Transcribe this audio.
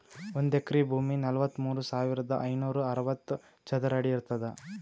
ಒಂದ್ ಎಕರಿ ಭೂಮಿ ನಲವತ್ಮೂರು ಸಾವಿರದ ಐನೂರ ಅರವತ್ತು ಚದರ ಅಡಿ ಇರ್ತದ